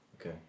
okay